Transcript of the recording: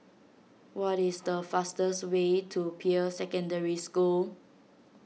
what is the fastest way to Peirce Secondary School